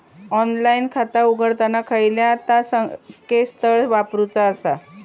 Online खाता उघडताना खयला ता संकेतस्थळ वापरूचा?